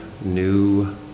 new